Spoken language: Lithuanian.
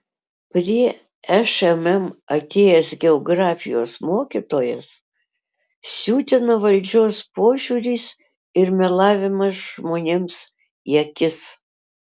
prie šmm atėjęs geografijos mokytojas siutina valdžios požiūris ir melavimas žmonėms į akis